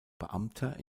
beamter